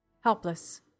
Helpless